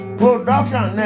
production